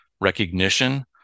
recognition